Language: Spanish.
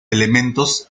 elementos